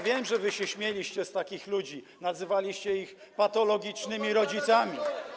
Wiem, że wy śmialiście się z takich ludzi, nazywaliście ich patologicznymi rodzicami.